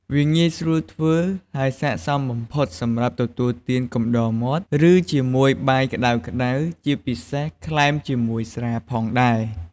វាងាយស្រួលធ្វើ ហើយស័ក្តិសមបំផុតសម្រាប់ទទួលទានកំដរមាត់ ឬជាមួយបាយក្ដៅៗ ជាពិសេសក្លែមជាមួយស្រាផងដែរ។